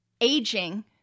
aging